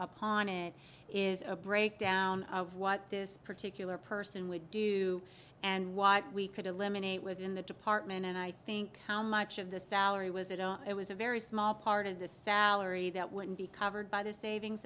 upon it is a breakdown of what this particular person would do and what we could eliminate within the department and i think how much of the salary was it oh it was a very small part of the salary that would be covered by the savings